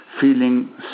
feeling